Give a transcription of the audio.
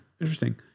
interesting